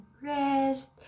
rest